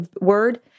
word